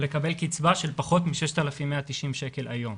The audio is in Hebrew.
ולקבל קצבה של פחות מ-6,190 שקל היום.